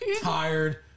Tired